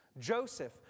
Joseph